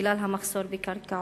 בגלל המחסור בקרקעות.